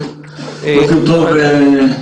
בוקר טוב, אדוני היושב-ראש.